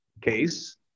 case